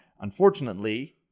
unfortunately